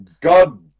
God